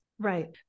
Right